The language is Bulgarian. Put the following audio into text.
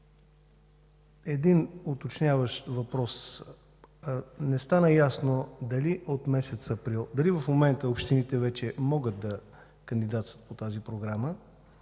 Един уточняващ въпрос: не стана ясно дали в момента общините вече могат да кандидатстват по тази програма,